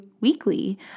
weekly